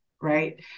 right